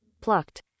Plucked